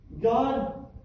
God